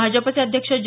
भाजपचे अध्यक्ष जे